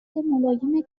ملایم